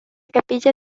capilla